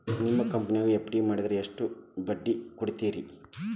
ನಿಮ್ಮ ಕಂಪನ್ಯಾಗ ಎಫ್.ಡಿ ಮಾಡಿದ್ರ ಎಷ್ಟು ಬಡ್ಡಿ ಕೊಡ್ತೇರಿ?